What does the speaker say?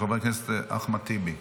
של חבר הכנסת אחמד טיבי.